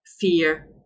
fear